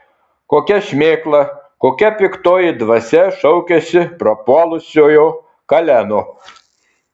kokia šmėkla kokia piktoji dvasia šaukiasi prapuolusiojo kaleno